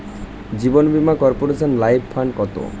জীবন বীমা কর্পোরেশনের life fund কত?